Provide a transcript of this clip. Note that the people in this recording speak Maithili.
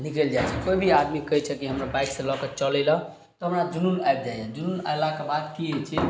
निकलि जाइ छै कोइ भी आदमी कहय छै कि हमरा बाइकसँ लअ कऽ चलय लए तऽ हमरा जुनून आबि जाइए जुनून आइलाके बाद की होइ छै